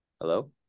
Hello